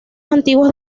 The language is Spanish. antiguos